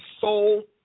soul